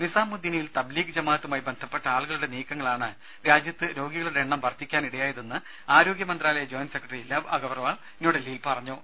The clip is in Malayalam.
നിസാമുദ്ദീനിൽ തബ് ലീഗ് ജമാഅത്തുമായി ബന്ധപ്പെട്ട ആളുകളുടെ നീക്കങ്ങളാണ് രാജ്യത്ത് രോഗികളുടെ എണ്ണം വർദ്ധിക്കാനിടയായതെന്ന് ആരോഗ്യ മന്ത്രാലയ ജോയന്റ് സെക്രട്ടറി ലവ് അഗർവാൾ പറഞ്ഞു